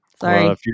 Sorry